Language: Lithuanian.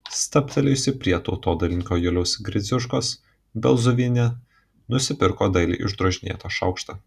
stabtelėjusi prie tautodailininko juliaus gridziuškos belzuvienė nusipirko dailiai išdrožinėtą šaukštą